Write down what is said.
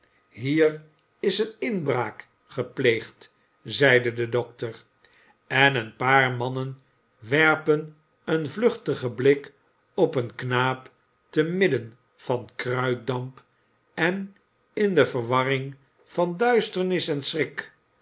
hier is inbraak gepleegd zeide de dokter en een paar mannen werpen een vluchtigen blik op een knaap te midden van kruitdamp en in de verwarring van duisternis en